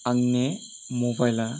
आंनि मबाइला